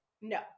no